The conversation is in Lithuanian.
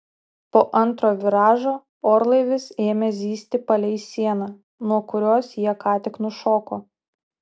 po antro viražo orlaivis ėmė zyzti palei sieną nuo kurios jie ką tik nušoko